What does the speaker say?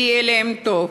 יהיה להם טוב.